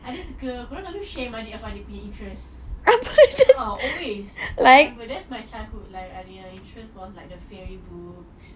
adik suka kau orang selalu shame adik punya interest ah ah always I remember that's my childhood like my interest was like fairy books